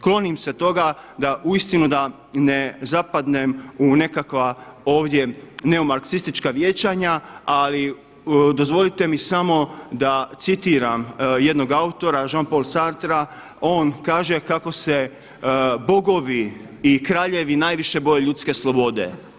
Klonim se toga da uistinu da ne zapadnem u nekakva ovdje neomarksistička vijećanja, ali dozvolite mi samo da citiram jednog autora Jean-Paul Sartra, on kaže kako se „Bogovi i kraljevi najviše boje ljudske slobode“